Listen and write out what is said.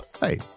Hey